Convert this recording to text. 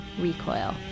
Recoil